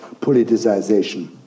politicization